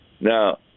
Now